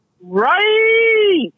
Right